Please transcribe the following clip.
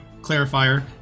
clarifier